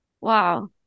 Wow